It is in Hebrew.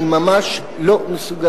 אני ממש לא מסוגל,